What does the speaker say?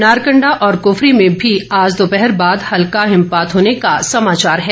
नारकंडा और कफरी में भी आज दोपहर बाद हल्का हिमपात होने का समाचार है